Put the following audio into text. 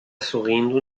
sorrindo